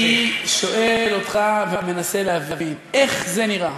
אני שואל אותך ומנסה להבין איך זה נראה